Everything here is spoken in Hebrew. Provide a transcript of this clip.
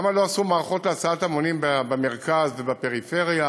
למה לא עשו מערכות הסעת המונים במרכז ובפריפריה?